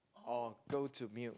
or go to meal